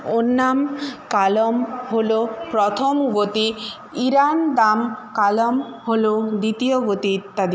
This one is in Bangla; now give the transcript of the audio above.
ওনাম কালাম হল প্রথম গতি ইরান্দাম কালাম হল দ্বিতীয় গতি ইত্যাদি